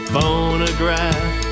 Phonograph